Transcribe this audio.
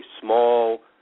small